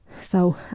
So